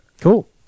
Cool